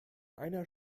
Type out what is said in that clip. einer